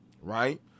Right